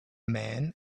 man